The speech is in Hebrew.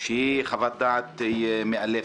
שהיא חוות דעת מאלפת.